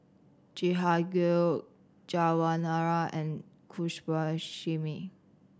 Jehangirr Jawaharlal and Subbulakshmi